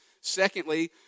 Secondly